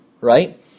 right